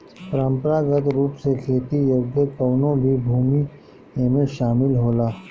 परंपरागत रूप से खेती योग्य कवनो भी भूमि एमे शामिल होला